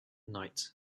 night